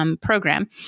program